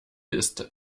ist